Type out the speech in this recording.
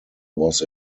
was